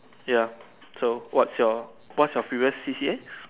ya so what's your what's your previous C_C_A